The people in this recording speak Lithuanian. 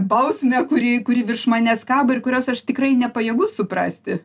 bausmę kuri kuri virš manęs kabo ir kurios aš tikrai nepajėgus suprasti